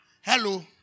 Hello